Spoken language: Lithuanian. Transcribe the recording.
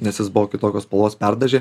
nes jis buvo kitokios spalvos perdažė